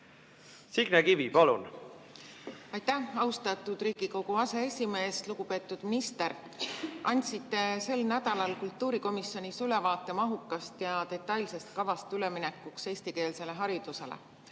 Signe Kivi, palun! Aitäh, austatud Riigikogu aseesimees! Lugupeetud minister! Andsite sel nädalal kultuurikomisjonis ülevaate mahukast ja detailsest kavast üleminekuks eestikeelsele haridusele.